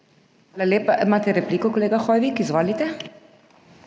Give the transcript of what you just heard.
Hvala lepa. Imate repliko, kolega Sajovic? Izvolite.